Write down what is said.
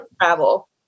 travel